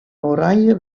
oranje